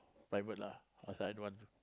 divert lah I say I don't want